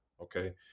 Okay